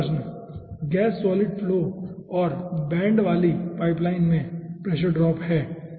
तीसरा प्रश्न gas solid flow और बेंड वाली पाइपलाइन में प्रेशर ड्रॉप है